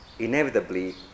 Inevitably